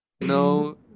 No